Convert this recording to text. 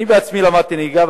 אני עצמי למדתי נהיגה,